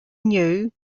knew